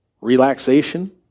Relaxation